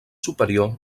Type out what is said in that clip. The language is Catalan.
superior